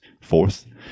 fourth